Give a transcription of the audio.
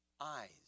eyes